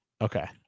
Okay